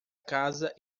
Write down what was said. casa